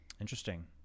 Interesting